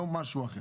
לא משהו אחר.